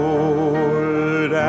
Lord